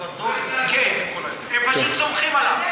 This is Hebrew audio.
הם פשוט סומכים עליו,